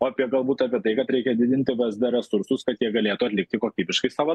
o apie galbūt apie tai kad reikia didinti vsd resursus kad jie galėtų atlikti kokybiškai savo